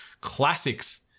classics